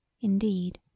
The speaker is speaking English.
Indeed